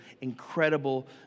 incredible